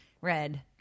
Red